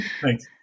Thanks